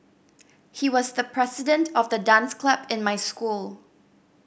he was the president of the dance club in my school